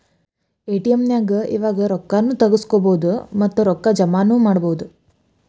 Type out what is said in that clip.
ATM ನ್ಯಾಗ್ ಇವಾಗ ರೊಕ್ಕಾ ನು ತಗ್ಸ್ಕೊಬೊದು ಮತ್ತ ರೊಕ್ಕಾ ಜಮಾನು ಮಾಡ್ಬೊದು